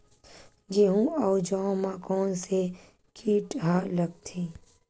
गेहूं अउ जौ मा कोन से कीट हा लगथे?